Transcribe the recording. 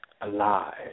alive